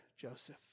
Joseph